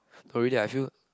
no ready I feel